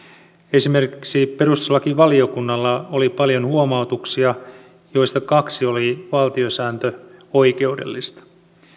esimerkiksi perustuslakivaliokunnalla oli paljon huomautuksia joista kaksi oli valtiosääntöoikeudellista